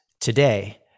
today